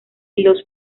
los